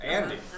Andy